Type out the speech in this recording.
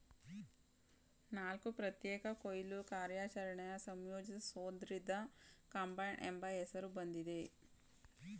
ನಾಲ್ಕು ಪ್ರತ್ಯೇಕ ಕೊಯ್ಲು ಕಾರ್ಯಾಚರಣೆನ ಸಂಯೋಜಿಸೋದ್ರಿಂದ ಕಂಬೈನ್ಡ್ ಎಂಬ ಹೆಸ್ರು ಬಂದಿದೆ